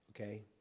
okay